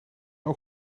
ook